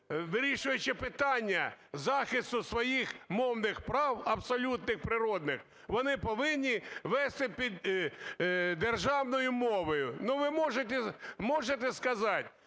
вирішуючи питання захисту своїх мовних прав, абсолютних, природних, вони повинні вести державною мовою. Ну, ви можете сказати?